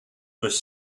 was